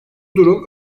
durum